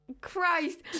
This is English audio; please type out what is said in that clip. Christ